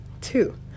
two